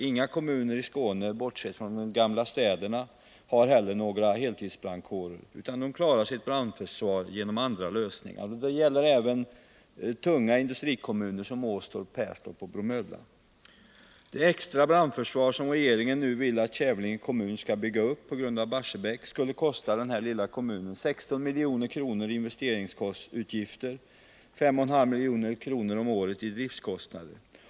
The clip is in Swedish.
Inga kommuner i Skåne, bortsett från de gamla städerna, har heller någon heltidsanställd brandkår, utan kommunerna klarar sitt brandförsvar genom andra lösningar. Det gäller även tunga industrikommuner som Åstorp, Perstorp och Bromölla. Det extra brandförsvar som regeringen nu vill att Kävlinge kommun skall bygga upp på grund av Barsebäck skulle kosta denna lilla kommun 16 milj.kr. iinvesteringsutgifter och 5,5 milj.kr. i driftkostnader.